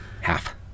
Half